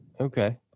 Okay